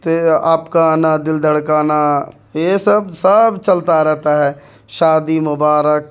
تے آپ کا آنا دل دھڑکانا یہ سب سب چلتا رہتا ہے شادی مبارک